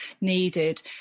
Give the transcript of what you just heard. needed